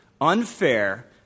unfair